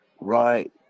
Right